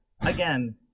Again